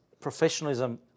professionalism